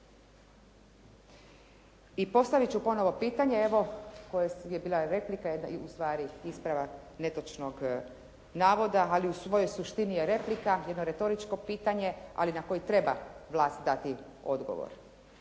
I postaviti ću ponovo pitanje evo koje je bila replika, ustvari ispravak netočnog navoda, ali u svojoj suštini je replika, jedno retoričko pitanje, ali na koje treba vlast dati odgovor.